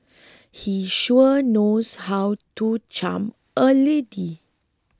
he sure knows how to charm a lady